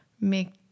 make